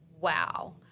Wow